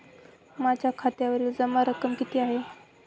माझ्या खात्यावरील जमा रक्कम किती आहे?